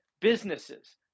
businesses